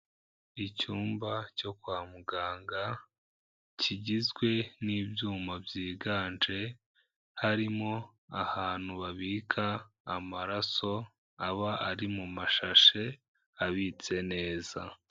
Icyumba cyo kwa muganga kigizwe n'ibyuma byiganje, harimo ahantu babika amaraso aba ari mu mashashe abitse neza.